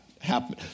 happen